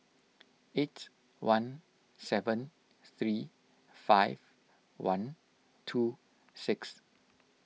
eight one seven three five one two six